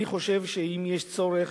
אני חושב שאם יש צורך,